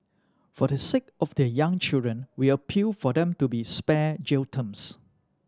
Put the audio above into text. for the sake of their young children we appeal for them to be spared jail terms